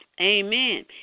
Amen